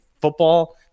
football